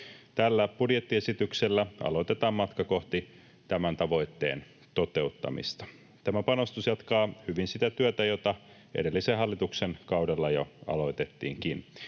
Tällä budjettiesityksellä aloitetaan matka kohti tämän tavoitteen toteuttamista. Tämä panostus jatkaa hyvin sitä työtä, jota edellisen hallituksen kaudella jo aloitettiinkin.